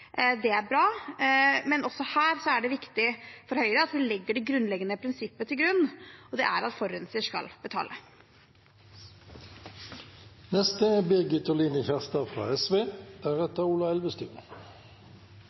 Det er bra, men også her er det viktig for Høyre at vi legger det grunnleggende prinsippet til grunn, og det er at forurenser skal betale.